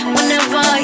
Whenever